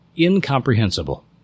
incomprehensible